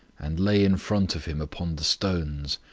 and lay in front of him upon the stones.